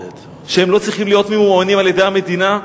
שהם לא צריכים להיות ממומנים על-ידי המדינה?